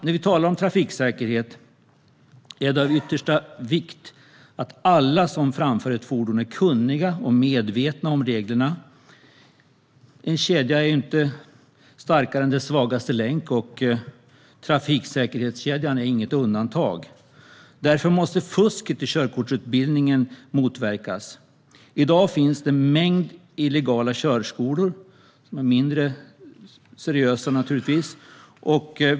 När det gäller trafiksäkerhet är det av yttersta vikt att alla som framför ett fordon är kunniga och medvetna om reglerna. En kedja är ju inte starkare än sin svagaste länk, och trafiksäkerhetskedjan är inget undantag. Därför måste fusket i körkortsutbildningen motverkas. I dag finns det en mängd illegala körskolor, som naturligtvis är mindre seriösa.